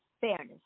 fairness